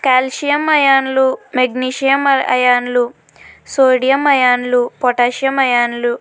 calcium అయాన్లు magnesium అయాన్లు sodium అయాన్లు పొటాషియం అయాన్లు